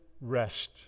rest